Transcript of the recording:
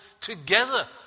together